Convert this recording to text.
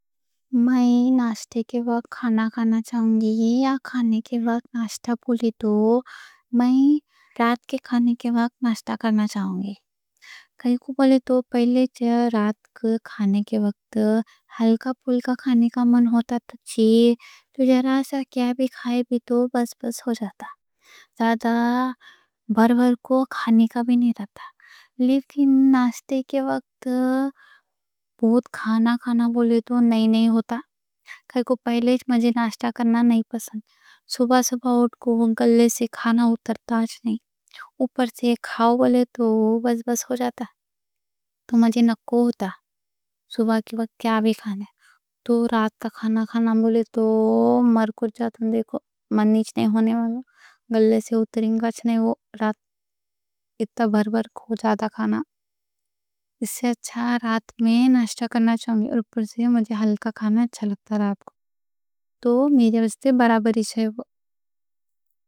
میں ناشتے کے وقت کھانا کھانا چاہوں گی یا کھانے کے وقت ناشتہ بولے تو، میں رات کے کھانے کے وقت ناشتہ کرنا چاہوں گی۔ کائیں کوں بولے تو پہلے جی رات کے کھانے کے وقت ہلکا پلکا کھانے کا من ہوتا، تچی تو ذرا سا کیا بھی کھائے بھی تو بس بس ہو جاتا۔ زیادہ بھر بھر کو کھانے کا بھی نہیں رہتا۔ لیکن ناشتے کے وقت بولے تو نہیں نہیں ہوتا۔ کائیں کوں پہلے جی مجھے ناشتہ کرنا نہیں پسند۔ صبح صبح اٹھ کے گلے سے کھانا اترتا اچھا نہیں۔ اوپر سے کھاؤ بولے تو بس بس ہو جاتا۔ تو مجھے نکوں ہوتا۔ صبح کے وقت کیا بھی کھانا۔ تو رات کا کھانا کھانا بولے تو میر کو جاتا۔ من نہیں ہونے والا۔ گلے سے اترے گا نہیں والا۔ اتنا بھر بھر کو جاتا کھانا۔ اس سے اچھا رات میں ناشتہ کرنا چاہوں گی۔ اوپر سے مجھے ہلکا کھانا اچھا لگتا رات کو۔ تو میرے واسطے برابری شاید۔